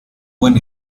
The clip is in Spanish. buen